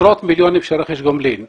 עשרות מיליונים של רכש גומלין.